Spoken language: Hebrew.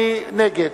מי נגד?